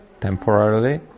temporarily